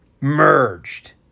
merged